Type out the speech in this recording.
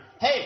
Hey